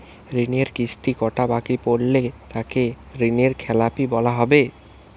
ঋণের কিস্তি কটা বাকি পড়লে তাকে ঋণখেলাপি বলা হবে?